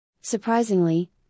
Surprisingly